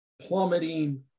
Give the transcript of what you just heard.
plummeting